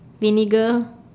vinegar